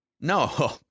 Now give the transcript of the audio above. No